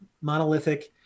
monolithic